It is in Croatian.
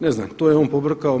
Ne znam, to je on pobrkao.